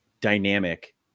dynamic